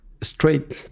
straight